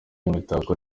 imitako